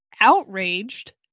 outraged